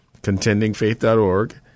contendingfaith.org